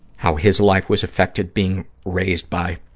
how his life was affected being raised by